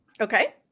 okay